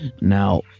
Now